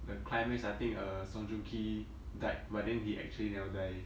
the climax I think uh song joong ki died but then he actually never die